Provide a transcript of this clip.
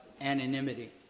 anonymity